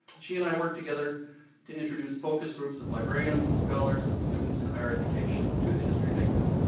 she and i worked together to introduce focus groups of librarians, scholars, and students in higher education to the historymakers,